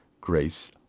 grace